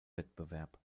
wettbewerb